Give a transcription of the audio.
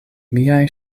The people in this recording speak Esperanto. miaj